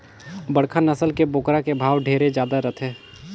बड़खा नसल के बोकरा के भाव ढेरे जादा रथे